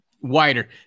Wider